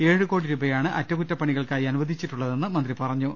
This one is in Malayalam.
ഏഴ് കോടി രൂപയാണ് അറ്റകുറ്റപ്പണികൾക്കായി അനുവദി ച്ചിട്ടുള്ളതെന്ന് മന്ത്രി പറഞ്ഞു